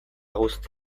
guzti